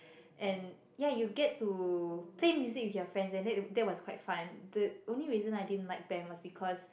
and ya you get to play music with your friends and that is that was quite fun the only reason I didn't like band because